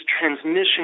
transmission